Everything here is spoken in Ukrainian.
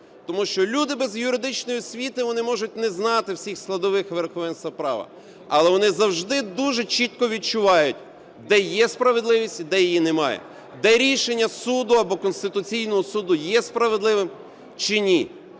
Тому що люди без юридичної освіти, вони можуть не знати всіх складових верховенства права. Але вони завжди дуже чітко відчувають, де є справедливість і де її немає, де рішення суду або Конституційного Суду є справедливим чи ні.